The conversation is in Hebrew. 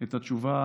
את התשובה